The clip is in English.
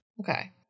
Okay